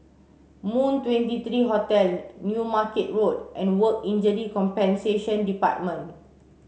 Moon twenty three Hotel New Market Road and Work Injury Compensation Department